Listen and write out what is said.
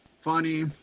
Funny